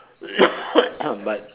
but